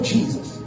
Jesus